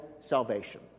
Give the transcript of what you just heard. salvation